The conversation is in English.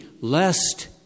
lest